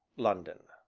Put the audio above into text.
london.